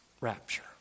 rapture